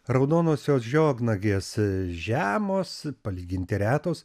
raudonosios žiognagės žemos palyginti retos